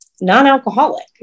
non-alcoholic